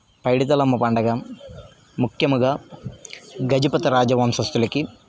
పైడితల్లమ్మ పండుగ ముఖ్యముగా గజపతి రాజు వంశస్తులకి